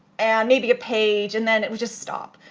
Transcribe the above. and maybe a page, and then it would just stop.